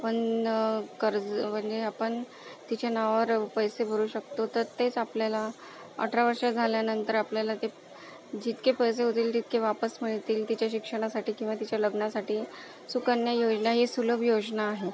आपण कर्ज म्हणजे आपण तिच्या नावावर पैसे भरू शकतो तर तेच आपल्याला अठरा वर्षे झाल्यानंतर आपल्याला ते जितके पैसे होतील तितके वापस मिळतील तिच्या शिक्षणासाठी किंवा तिच्या लग्नासाठी सुकन्या योजना ही सुलभ योजना आहे